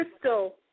Crystal